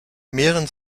mehren